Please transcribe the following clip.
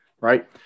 right